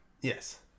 yes